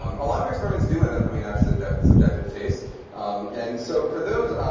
um a lot of experiments do end up coming down to subjective subjective case and so for those